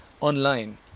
online